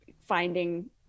finding